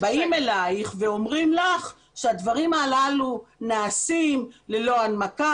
באים אליך ואומרים לך שהדברים הללו נעשים ללא הנמקה,